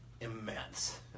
immense